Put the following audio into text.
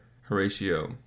Horatio